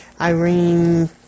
Irene